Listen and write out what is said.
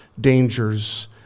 dangers